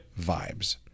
vibes